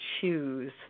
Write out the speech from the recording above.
choose